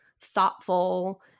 thoughtful